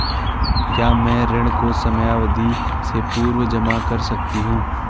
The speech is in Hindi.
क्या मैं ऋण को समयावधि से पूर्व जमा कर सकती हूँ?